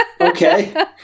Okay